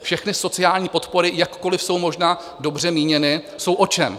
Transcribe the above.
Všechny sociální podpory, jakkoliv jsou možná dobře míněny, jsou o čem?